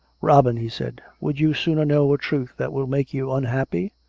robin he said, would you sooner know a truth that will make you unhappy,